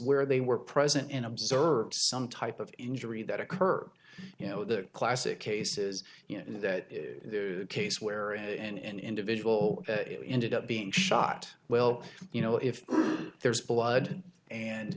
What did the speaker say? where they were present and observe some type of injury that occur you know the classic cases you know case where and individual ended up being shot well you know if there's blood and